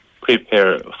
prepare